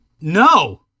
No